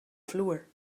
vloer